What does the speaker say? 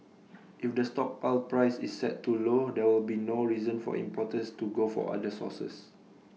if the stockpile price is set too low there will be no reason for importers to go for other sources